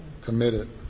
committed